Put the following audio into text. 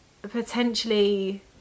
potentially